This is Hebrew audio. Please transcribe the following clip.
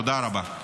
תודה רבה.